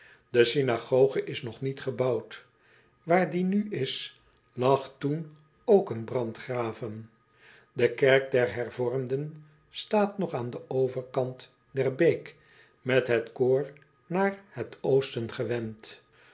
e synagoge is nog niet gebouwd aar die nu is lag toen ook een brandgraven e kerk der ervormden staat nog aan den overkant der beek met het koor naar het osten gewend